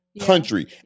country